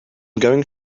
going